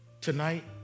Tonight